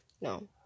no